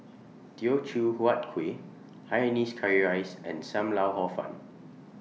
Teochew Huat Kuih Hainanese Curry Rice and SAM Lau Hor Fun